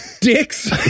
dicks